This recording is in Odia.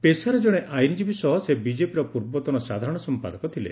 ପେଶାରେ ଜଣେ ଆଇନ୍ଜୀବୀ ସହ ସେ ବିଜେପିର ପୂର୍ବତନ ସାଧାରଣ ସମ୍ପାଦକ ଥିଲେ